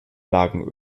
lagen